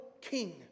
king